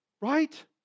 right